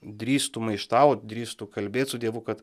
drįstu maištaut drįstu kalbėt su dievu kad